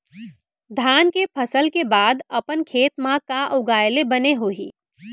धान के फसल के बाद अपन खेत मा का उगाए ले बने होही?